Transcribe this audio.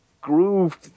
groove